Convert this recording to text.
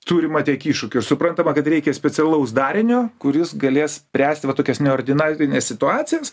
turima tiek iššūkių ir suprantama kad reikia specialaus darinio kuris galės spręsti va tokias neordinarines situacijas